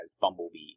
Bumblebee